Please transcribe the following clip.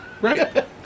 Right